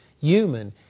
human